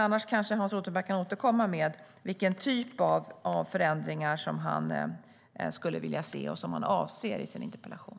Annars kanske Hans Rothenberg kan återkomma med vilken typ av förändringar som han skulle vilja se och som han avser i sin interpellation.